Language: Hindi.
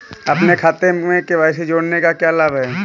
अपने खाते में के.वाई.सी जोड़ने का क्या लाभ है?